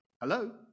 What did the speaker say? Hello